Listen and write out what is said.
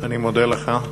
אני מודה לך.